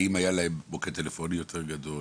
האם היה להם מוקד טלפוני יותר גדול,